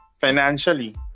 financially